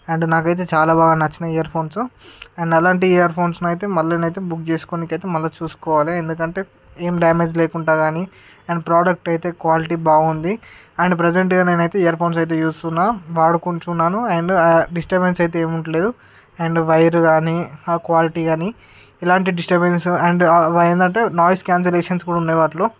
and నాకు అయితే చాలా బాగా నచ్చినాయి ఇయర్ఫోన్స్ అండ్ అలాంటి ఇయర్ఫోన్స్ అయితే మళ్ళీ అయితే బుక్ చేసుకోవడానికి అయితే మళ్ళీ చూసుకోవాలి ఎందుకంటే ఏం డ్యామేజ్ లేకుండా కానీ అండ్ ప్రోడక్ట్ అయితే క్వాలిటీ బాగుంది అండ్ ప్రజెంట్గా నేను అయితే ఇయర్ఫోన్స్ అయితే చూస్తున్నాను వాడుకుంటున్నాను అండ్ డిస్టర్బెన్స్ అయితే ఏమి ఉంటలేదు అండ్ వైరు కానీ ఆ క్వాలిటీ కానీ ఇలాంటి డిస్టర్బెన్స్ అండ్ ఏంటంటే నాయిస్ క్యాన్సల్ల్యేషన్స్ కూడా ఉన్నాయి వాటిలో